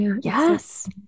Yes